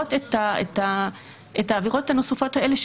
ממסגרות את העבירות הנוספות האלה,